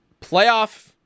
Playoff